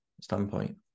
standpoint